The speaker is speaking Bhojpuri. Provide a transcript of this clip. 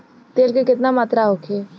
तेल के केतना मात्रा होखे?